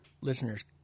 listeners